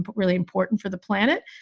but really important for the planet.